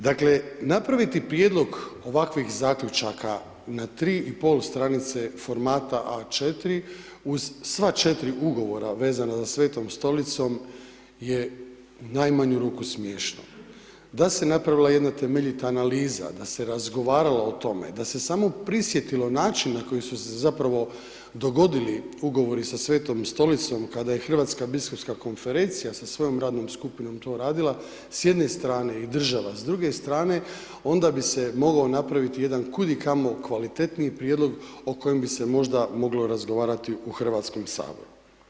Dakle, napraviti prijedlog ovakvih zaključaka na tri i pol stranice formata A4, uz sva 4 ugovora vezana za Svetom Stolicom je u najmanju ruku smiješno, da se napravila jedna temeljita analiza, a se razgovaralo o tome, da se samo prisjetilo načina koji su se zapravo dogodili ugovori sa Svetom Stolicom, kada je Hrvatska biskupska konferencija sa svojom radnom skupinom to radila, s jedne strane i država s druge strane, onda bi se mogao napraviti jedan kudikamo kvalitetniji prijedlog o kojem bi se možda moglo razgovarati u HS-u.